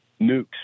nukes